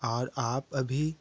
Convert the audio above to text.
और आप अभी